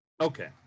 Okay